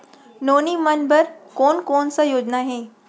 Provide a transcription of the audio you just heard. नोनी मन बर कोन कोन स योजना हे?